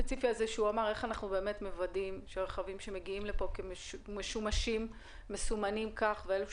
איך אנחנו מוודאים שרכבים משומשים שמגיעים לפה מסומנים כמשומשים ורכבים